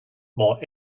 more